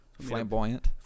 Flamboyant